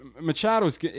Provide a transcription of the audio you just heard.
Machado's –